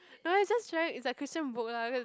no is just try is like Christian book lah that